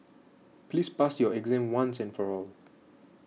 please pass your exam once and for all